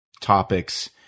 topics